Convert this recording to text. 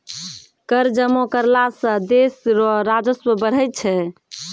कर जमा करला सं देस रो राजस्व बढ़ै छै